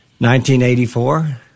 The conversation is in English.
1984